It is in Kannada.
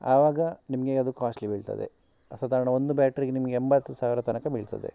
ಆವಾಗ ನಿಮಗೆ ಅದು ಕಾಸ್ಟ್ಲಿ ಬೀಳ್ತದೆ ಸಾಧಾರ್ಣ ಒಂದು ಬ್ಯಾಟ್ರಿಗೆ ನಿಮಗೆ ಎಂಬತ್ತು ಸಾವಿರ ತನಕ ಬೀಳ್ತದೆ